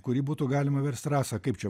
kurį būtų galima verst rasa kaip čia